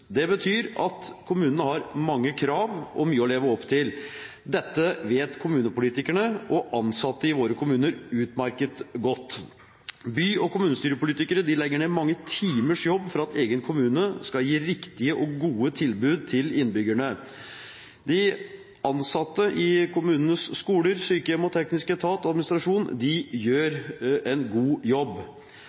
Det betyr at kommunene har mange krav og mye å leve opp til. Dette vet kommunepolitikerne og ansatte i våre kommuner utmerket godt. By- og kommunestyrepolitikere legger ned mange timers jobb for at egen kommune skal gi riktige og gode tilbud til innbyggerne. De ansatte i kommunenes skoler, sykehjem, teknisk etat og administrasjon gjør en god jobb,